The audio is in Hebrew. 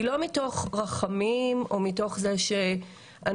היא לא מתוך רחמים או מתוך זה שאנחנו